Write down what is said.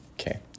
Okay